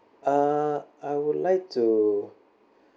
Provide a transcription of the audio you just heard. uh I would like to